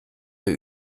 wir